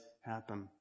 happen